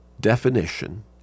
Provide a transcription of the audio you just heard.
definition